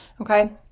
okay